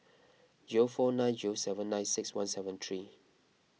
zero four nine zero seven nine six one seven three